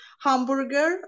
hamburger